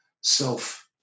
self